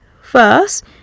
First